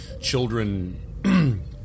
children